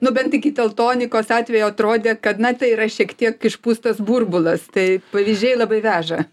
nu bent iki teltonikos atvejo atrodė kad na tai yra šiek tiek išpūstas burbulas tai pavyzdžiai labai veža